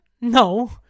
No